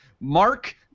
Mark